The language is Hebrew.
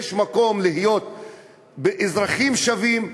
יש מקום להיות אזרחים שווים,